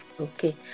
Okay